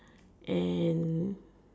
and